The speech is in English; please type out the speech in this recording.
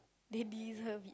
they deserve it